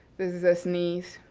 this is a sneeze.